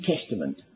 Testament